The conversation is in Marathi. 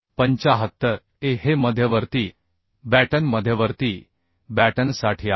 75 a हे मध्यवर्ती बॅटन मध्यवर्ती बॅटनसाठी आहे